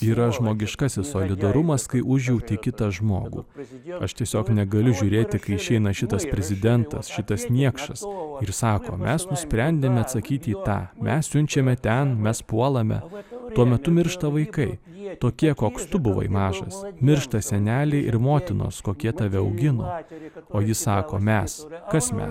yra žmogiškasis solidarumas kai užjauti kitą žmogų aš tiesiog negaliu žiūrėti kai išeina šitas prezidentas šitas niekšas o ir sako mes nusprendėme atsakyti į tą mes siunčiame ten mes puolame tuo metu miršta vaikai jie tokie koks tu buvai mažas miršta seneliai ir motinos kokie tave augino o ji sako mes kasmet